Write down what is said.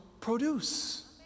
produce